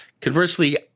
Conversely